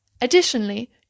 Additionally